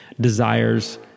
desires